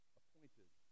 appointed